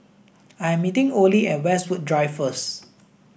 I am meeting Olie at Westwood Drive first